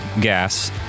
gas